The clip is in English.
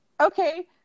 Okay